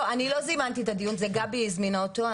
אני לא זימנתי את הדיון, גבי הזמינה אותו.